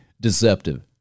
deceptive